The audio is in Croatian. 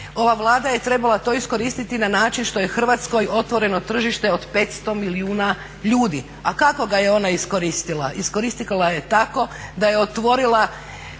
Ova Vlada je trebalo to iskoristiti na način što je Hrvatskoj otvoreno tržište od 500 milijuna ljudi. A kako ga je ona iskoristila? Iskoristila je tako da je otvorila